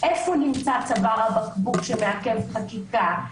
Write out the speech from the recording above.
איפה נמצא צוואר הבקבוק שמעכב חקיקה,